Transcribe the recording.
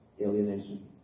alienation